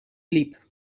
liep